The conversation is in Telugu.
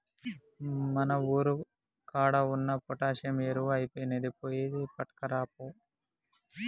మన కాడ ఉన్న పొటాషియం ఎరువు ఐపొయినింది, పోయి పట్కరాపో